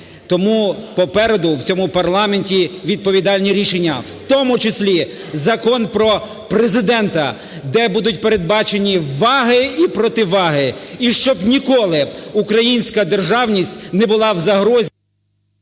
Тому попереду в цьому парламенті відповідальні рішення, в тому числі Закон про Президента, де будуть передбачені ваги і противаги, і щоб ніколи українська державність не була в загрозі...